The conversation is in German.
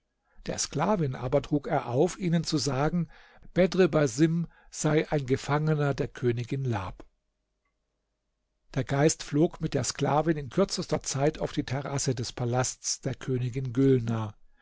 der sklavin aber trug er auf ihnen zu sagen bedr basim sein ein gefangener der königin lab der geist flog mit der sklavin in kürzester zeit auf die terrasse des palasts der königin gülnar